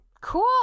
Cool